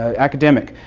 academic.